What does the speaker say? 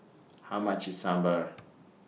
How much IS Sambar